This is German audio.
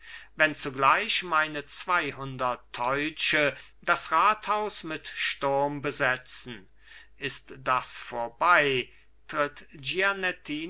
wenn zugleich meine zweihundert teutsche das rathaus mit sturm besetzen ist das vorbei tritt